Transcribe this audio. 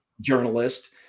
journalist